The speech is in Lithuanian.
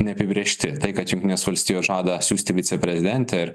neapibrėžti tai kad jungtinės valstijos žada siųsti viceprezidentę ir